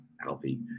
healthy